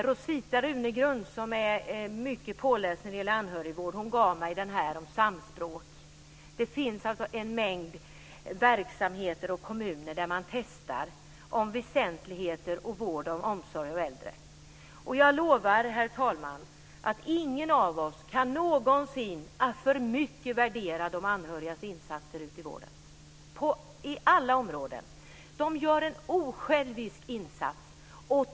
Rosita Runegrund, som är mycket påläst när det gäller anhörigvård, gav mig den här broschyren om samspråk. Det finns en mängd verksamheter och kommuner där man testar väsentligheter i vård och omsorg av äldre. Herr talman! Jag lovar att inte någon av oss kan värdera de anhörigas insatser i vården för mycket. Det gäller på alla områden. De gör en osjälvisk insats.